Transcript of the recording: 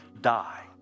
die